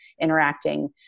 interacting